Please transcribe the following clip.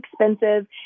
expensive